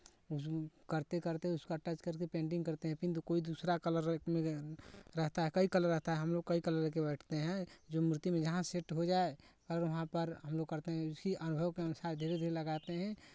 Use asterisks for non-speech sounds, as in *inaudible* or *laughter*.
उसको करते करते उसका टच करके पेंटिंग करते हैं फिर कोई दूसरा कलर *unintelligible* रहता है कई कलर रहता है हमलोग कई कलर ले के बैठते हैं जो मूर्ती में जहां सेट हो जाये और वहां पर हमलोग करते हैं उसी अनुभव के अनुसार धीरे धीरे लगाते हैं